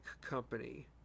company